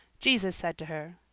jesus said to her,